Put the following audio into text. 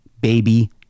baby